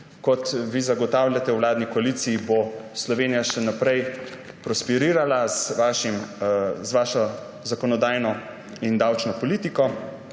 Kot zagotavljate vi v vladni koaliciji, bo Slovenija še naprej prosperirala z vašo zakonodajno in davčno politiko,